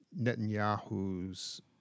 Netanyahu's